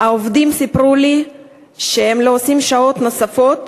העובדים סיפרו לי שהם לא עושים שעות נוספות